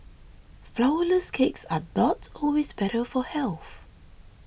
Flourless Cakes are not always better for health